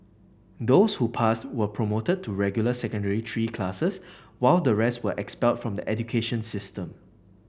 those who passed were promoted to regular Secondary Three classes while the rest were expelled from the education system